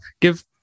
give